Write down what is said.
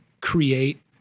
create